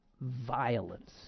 violence